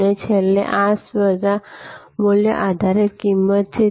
અને છેલ્લે આ સ્પર્ધા મૂલ્ય આધારિત કિંમત છે